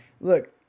Look